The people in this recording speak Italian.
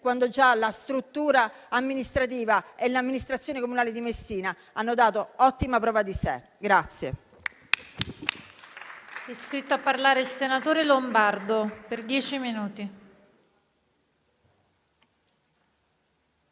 quando già la struttura amministrativa e l'amministrazione comunale di Messina hanno dato ottima prova di sé.